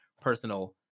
personal